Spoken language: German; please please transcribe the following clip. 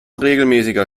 regelmäßiger